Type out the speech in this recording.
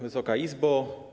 Wysoka Izbo!